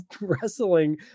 wrestling